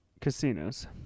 casinos